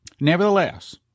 nevertheless